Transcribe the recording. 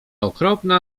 okropna